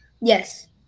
yes